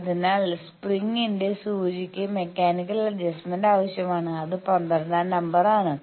അതിനാൽ സ്പ്രിംഗിന്റെ സൂചിക്ക് മെക്കാനിക്കൽ അഡ്ജസ്റ്മെന്റ് ആവശ്യമാണ് അത് 12 ാം നമ്പർ ആണ്